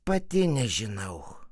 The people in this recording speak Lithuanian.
pati nežinau